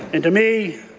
and to me,